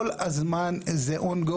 כל הזמן זה מתמשך,